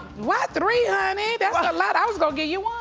why three, honey? that's a lot, i was gonna give you